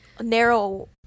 narrow